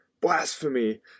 Blasphemy